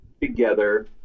together